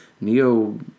Neo